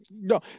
No